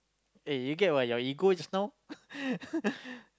eh you get about your ego just now